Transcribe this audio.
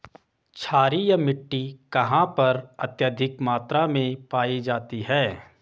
क्षारीय मिट्टी कहां पर अत्यधिक मात्रा में पाई जाती है?